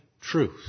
truth